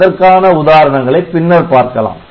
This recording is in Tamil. அதற்கான உதாரணங்களை பின்னர் பார்க்கலாம்